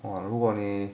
!wah! 如果你